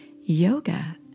yoga